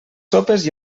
sopes